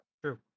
True